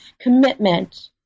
commitment